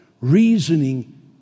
reasoning